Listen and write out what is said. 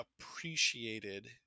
appreciated